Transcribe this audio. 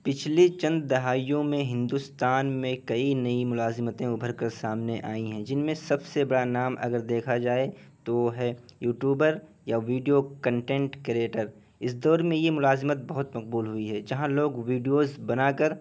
پچھلے چند دہائیوں میں ہندوستان میں کئی نئی ملازمتیں ابھر کر سامنے آئیں ہیں جن میں سب سے بڑا نام اگر دیکھا جائے تو وہ ہے یو ٹوبر یا ویڈیو کنٹنٹ کریٹر اس دور میں یہ ملازمت بہت مقبول ہوئی ہے جہاں لوگ ویڈیوز بنا کر